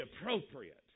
appropriate